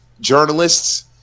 journalists